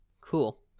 Cool